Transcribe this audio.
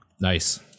nice